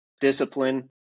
discipline